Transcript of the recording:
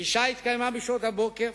הפגישה התקיימה בשעות הבוקר.